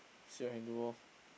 see what I can do loh